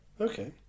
Okay